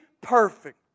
perfect